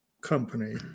company